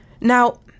Now